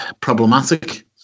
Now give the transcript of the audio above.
Problematic